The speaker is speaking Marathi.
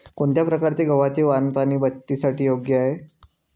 कोणत्या प्रकारचे गव्हाचे वाण पाणी बचतीसाठी योग्य आहे?